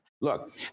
Look